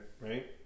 right